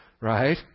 right